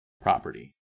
property